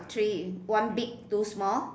three one big two small